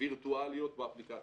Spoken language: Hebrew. וירטואליות באפליקציה.